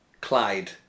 Clyde